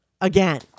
again